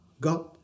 God